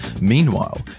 Meanwhile